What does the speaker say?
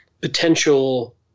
potential